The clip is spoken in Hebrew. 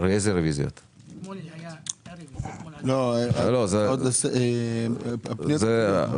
זה יהיה בדיון הבא על הפניות התקציביות,